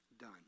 done